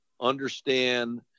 understand